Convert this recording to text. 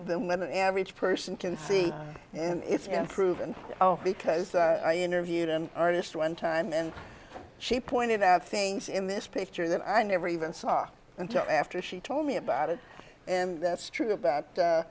than women average person can see and it's proven because i interviewed an artist one time and she pointed out things in this picture that i never even saw until after she told me about it and that's true about